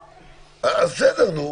אגב,